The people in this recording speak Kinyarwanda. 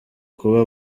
kuba